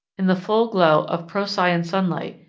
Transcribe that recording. in the full glow of procyon sunlight,